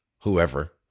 whoever